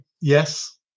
Yes